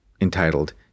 entitled